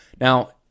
Now